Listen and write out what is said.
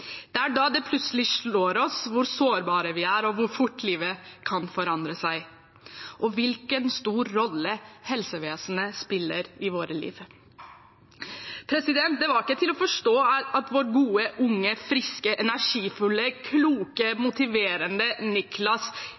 det selv. Det er da det plutselig slår oss hvor sårbare vi er, hvor fort livet kan forandre seg, og hvilken stor rolle helsevesenet spiller i vårt liv. Det var ikke til å forstå at vår gode, unge, friske, energifulle, kloke og motiverende